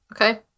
okay